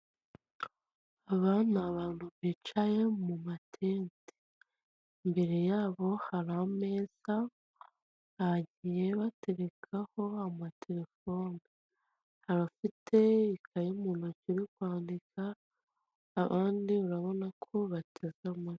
Aba ni abantu bicaye mu matente. Imbere yabo hari ameza, bagiye baterekaho amatelefone. Abafite ikayi mu ntoki yo kwandika, abandi urabona ko bateze amatwi.